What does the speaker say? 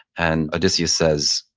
and odysseus says,